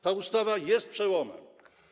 Ta ustawa jest przełomem.